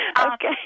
Okay